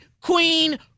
queen